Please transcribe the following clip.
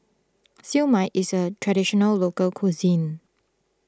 Siew Mai is a Traditional Local Cuisine